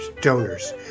donors